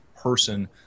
person